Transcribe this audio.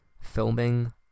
filming